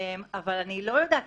אבל אני לא יודעת,